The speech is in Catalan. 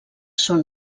són